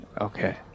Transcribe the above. Okay